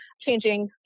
changing